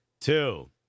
Two